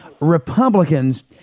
Republicans